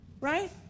right